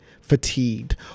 fatigued